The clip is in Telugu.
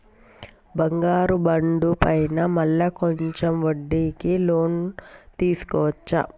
బంగారు బాండు పైన మళ్ళా కొంచెం వడ్డీకి లోన్ తీసుకోవచ్చా?